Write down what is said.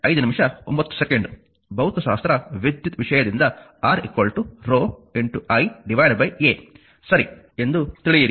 ಆದ್ದರಿಂದ ಭೌತಶಾಸ್ತ್ರ ವಿದ್ಯುತ್ ವಿಷಯದಿಂದ R rho l A ಸರಿ ಎಂದು ತಿಳಿಯಿರಿ